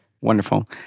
Wonderful